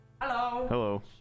hello